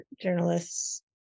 journalists